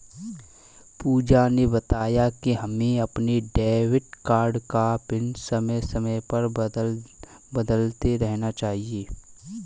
पूजा ने बताया कि हमें अपने डेबिट कार्ड का पिन समय समय पर बदलते रहना चाहिए